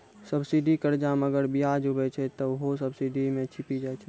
subsidy कर्जा मे अगर बियाज हुवै छै ते हौ सब्सिडी मे छिपी जाय छै